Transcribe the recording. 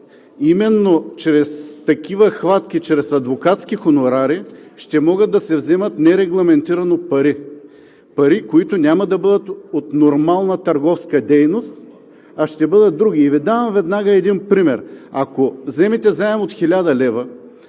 именно чрез такива хватки, чрез адвокатски хонорари ще могат да се вземат нерегламентирано пари – пари, които няма да бъдат от нормална търговска дейност, а ще бъдат други. И Ви давам веднага един пример – ако вземете заем от 1000 лв.,